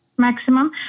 maximum